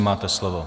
Máte slovo.